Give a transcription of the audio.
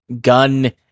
gun